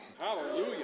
Hallelujah